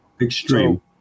Extreme